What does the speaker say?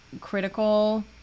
critical